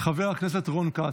חבר הכנסת רון כץ,